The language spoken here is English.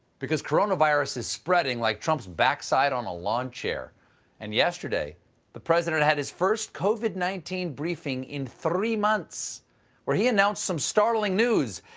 because coronavirus is spreading like trump's backside on a lawn chair and yesterday the president had his first covid nineteen briefing in three months where he announced some startling news.